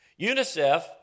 UNICEF